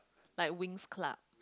like WinX Club